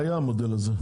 המודל הזה היה.